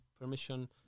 permission